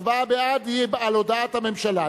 הצבעה בעד היא על הודעת הממשלה.